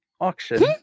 auction